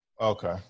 Okay